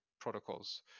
protocols